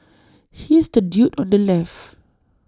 he's the dude on the left